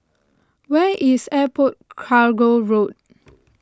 where is Airport Cargo Road